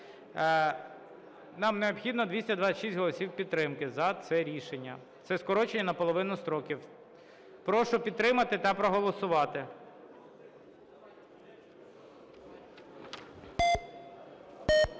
Нам необхідно 226 голосів підтримки за цей рішення, це скорочення наполовину строків. Прошу підтримати та проголосувати.